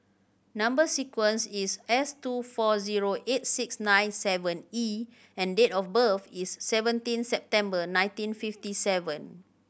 number sequence is S two four zero eight six nine seven E and date of birth is seventeen September nineteen fifty seven